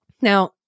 Now